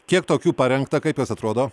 kiek tokių parengta kaip jos atrodo